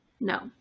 No